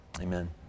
Amen